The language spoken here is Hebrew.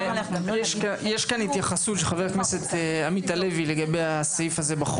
שיש כאן התייחסות של חבר הכנסת עמית הלוי לגבי הסעיף הזה,